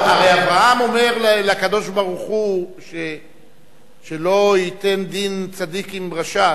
הרי אברהם אומר לקדוש-ברוך-הוא שלא ייתן דין צדיק עם רשע,